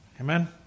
Amen